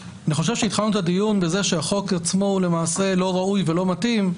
התחלנו את הדיון בזה שהחוק עצמו הוא למעשה לא ראוי ולא מתאים,